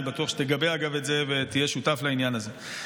אגב, אני בטוח שתגבה את זה ותהיה שותף לעניין הזה.